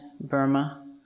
Burma